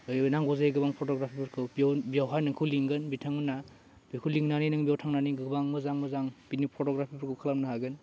ओरैबो नांगौ जायो गोबां फट'ग्राफिफोरखौ बेयाव बेयावहाय नोंखौ लेंगोन बिथांमोनहा बिखौ लेंनानै नों बेव थांनानै गोबां मोजां मोजां बिदिनो फट'ग्राफिफोरखौ खालामनो हागोन